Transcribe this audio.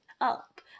up